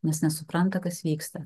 nes nesupranta kas vyksta